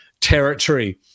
territory